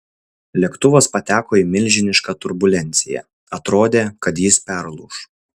lėktuvas pateko į milžinišką turbulenciją atrodė kad jis perlūš